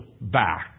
back